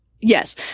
Yes